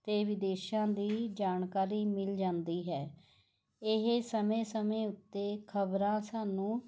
ਅਤੇ ਵਿਦੇਸ਼ਾਂ ਦੀ ਜਾਣਕਾਰੀ ਮਿਲ ਜਾਂਦੀ ਹੈ ਇਹ ਸਮੇਂ ਸਮੇਂ ਉੱਤੇ ਖਬਰਾਂ ਸਾਨੂੰ